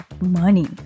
money